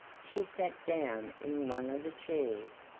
she sat down in one of the chairs,